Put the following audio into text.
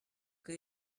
que